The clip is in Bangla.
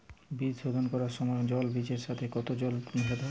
বীজ শোধন করার সময় জল বীজের সাথে কতো জল মেশাতে হবে?